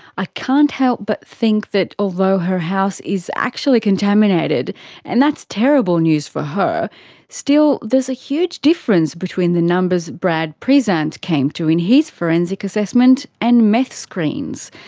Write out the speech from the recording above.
i can't help but think that although her house is actually contaminated and that's terrible news for her still there is a huge difference between the numbers brad prezant came to in his forensic assessment and meth screen's.